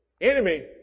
Enemy